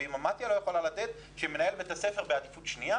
ואם מתי"א לא יכולה לתת שמנהל בית הספר בעדיפות שנייה